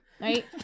right